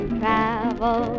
travel